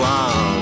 on